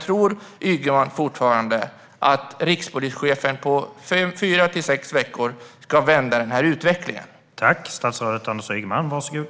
Tror Ygeman fortfarande att rikspolischefen ska vända utvecklingen på fyra till sex veckor?